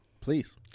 Please